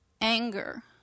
anger